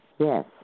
Yes